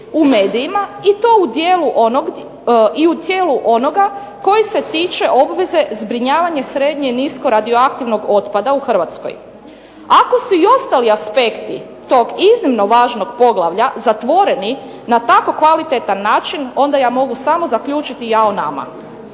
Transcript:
u dijelu onog, i u tijelu onoga koji se tiče obveze zbrinjavanje srednje i nisko radioaktivnog otpada u Hrvatskoj. Ako su i ostali aspekti tog iznimno važnog poglavlja zatvoreni na tako kvalitetan način onda ja mogu samo zaključiti jao nama.